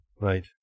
Right